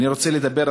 אני רוצה לדבר,